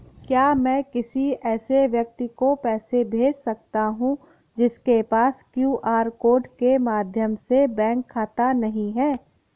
क्या मैं किसी ऐसे व्यक्ति को पैसे भेज सकता हूँ जिसके पास क्यू.आर कोड के माध्यम से बैंक खाता नहीं है?